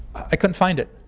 i couldn't find it.